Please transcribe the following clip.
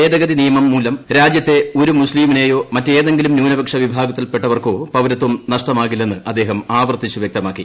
ഭേദഗതി നിയമം മൂലം രാജ്യത്തെ ഒരു മുസ്ത്രീമിനൊ മറ്റേതെങ്കിലും ന്യൂനപക്ഷ വിഭാഗത്തിൽപ്പെട്ടവർക്കോ പൌരത്വം നഷ്ടമാകില്ലെന്ന് അദ്ദേഹം ആവർത്തിച്ചു വ്യക്തമാക്കി